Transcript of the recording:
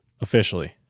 Officially